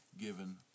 given